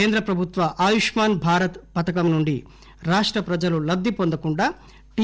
కేంద్ర ప్రభుత్వ ఆయుష్మాన్ భారత్ పథకం నుండి రాష్ట్ర ప్రజలు లబ్ది పొందకుండా టి